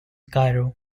cairo